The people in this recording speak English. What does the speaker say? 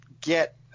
get